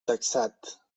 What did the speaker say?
taxat